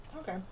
Okay